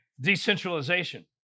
decentralization